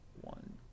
One